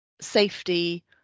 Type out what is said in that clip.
safety